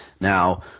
Now